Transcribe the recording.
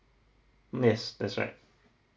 yes that's right